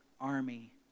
army